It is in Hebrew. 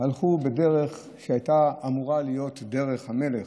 הם הלכו בדרך שהייתה אמורה להיות דרך המלך.